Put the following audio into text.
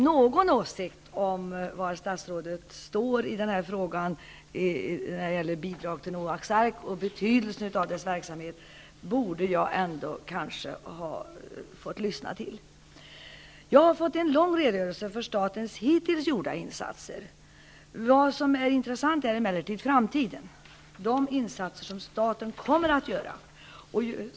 Någon åsikt om var statsrådet står i frågan om bidrag till Noaks Ark och betydelsen av dess verksamhet borde jag ändå ha fått lyssna till. Jag har fått en lång redogörelse över de insatser som staten hittills har gjort. Det intressanta är emellertid framtiden -- de insatser som staten kommer att göra.